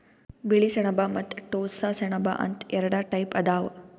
ಬಿಳಿ ಸೆಣಬ ಮತ್ತ್ ಟೋಸ್ಸ ಸೆಣಬ ಅಂತ್ ಎರಡ ಟೈಪ್ ಅದಾವ್